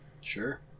sure